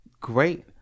great